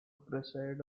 preside